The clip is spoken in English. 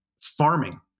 farming